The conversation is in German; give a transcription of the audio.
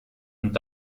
und